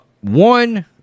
one